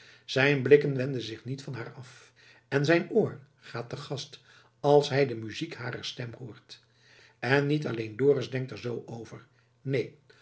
zijn blikken wenden zich niet van haar af en zijn oor gaat te gast als hij de muziek harer stem hoort en niet alleen dorus denkt er zoo over neen